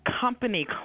company